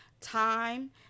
time